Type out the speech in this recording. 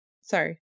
sorry